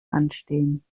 anstehen